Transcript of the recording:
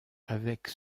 avec